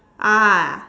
ah